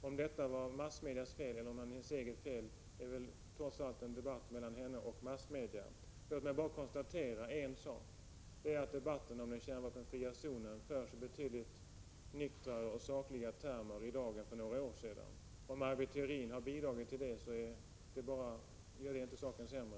Om detta var massmedias fel eller hennes eget fel, är en debatt som får föras mellan henne och massmedia. Låt mig bara konstatera att debatten om den kärnvapenfria zonen förs i betydligt nyktrare och sakligare termer i dag än för några år sedan. Om Maj Britt Theorin har bidragit till det gör det inte saken sämre.